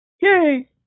Yay